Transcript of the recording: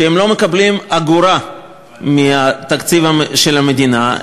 שהן לא מקבלות אגורה מהתקציב של המדינה,